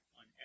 on